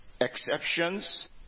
exceptions